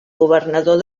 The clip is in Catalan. governador